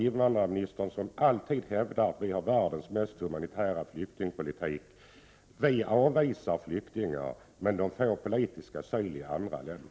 Invandrarministern brukar ju hävda att vi har världens mest humanitära flyktingpolitik. Det är då litet förvånande att vi avvisar flyktingar som sedan får politisk asyl i andra länder.